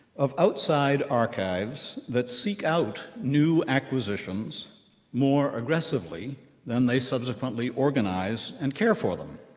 of outside archives that seek out new acquisitions more aggressively than they subsequently organize and care for them,